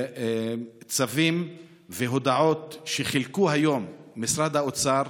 צווים והודעות שחילק היום משרד האוצר,